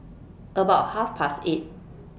about Half Past eight